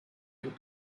ein